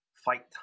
fight